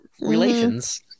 relations